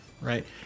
right